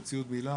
זה גודל קטן.